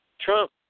Trump